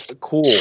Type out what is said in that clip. cool